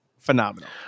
phenomenal